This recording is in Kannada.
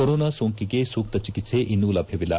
ಕೊರೋನಾ ಸೋಂಕಿಗೆ ಸೂಕ್ತ ಚಿಕಿತ್ಸೆ ಇನ್ನೂ ಲಭ್ಯವಿಲ್ಲ